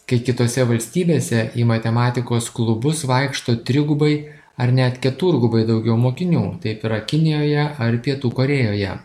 kai kitose valstybėse į matematikos klubus vaikšto trigubai ar net keturgubai daugiau mokinių taip yra kinijoje ar pietų korėjoje